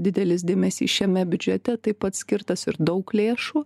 didelis dėmesys šiame biudžete taip pat skirtas ir daug lėšų